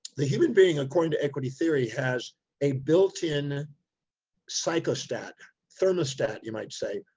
the human being, according to equity theory has a built in psycho stat, thermostat you might say,